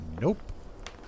Nope